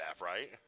right